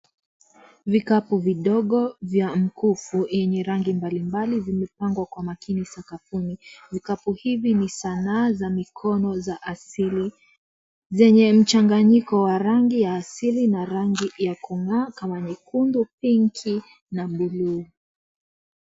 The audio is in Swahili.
Vikapu vidogo vya mkufu wenye rangi mbalimbali na zimepangwa kwa makini sakafuni. Vikapu hivi ni sanaa za mikono za asili zenye mchanganyiko wa rangi ya asili na rangi ya kungaa kama nyekundu, pinki na bluu .